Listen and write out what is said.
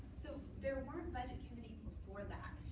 so there weren't budget committees before that.